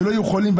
שלא יהיו חולים.